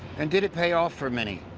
and did it pay off for many?